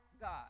God